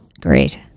Great